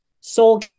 soul